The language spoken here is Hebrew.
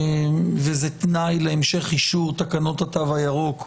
וזה תנאי להמשך אישור תקנות התו הירוק בהמשך.